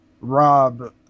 Rob